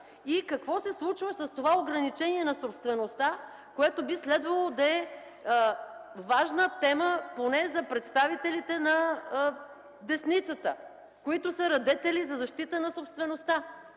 Какво се случва с това ограничение на собствеността, което би следвало да е важна тема поне за представителите на десницата, които са радетели за защита на собствеността?